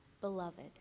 Beloved